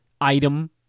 item